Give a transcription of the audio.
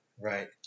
right